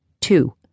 Two